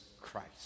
Christ